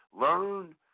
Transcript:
Learn